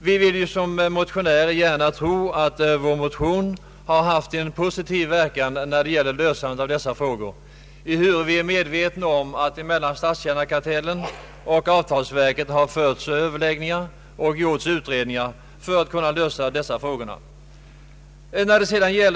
Vi vill som motionärer gärna tro att vår motion har haft en positiv verkan när det gällt lösandet av dessa frågor, ehuru vid är medvetna om att mellan Statstjänarkartellen och = avtalsverket har förts överläggningar och gjorts utredningar för att lösa dessa frågor.